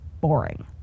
boring